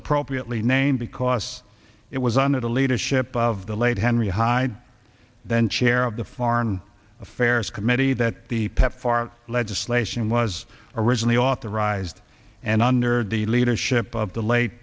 appropriately named because it was under the leadership of the late henry hyde then chair of the foreign affairs committee that the pepfar legislation was originally authorized and under the leadership of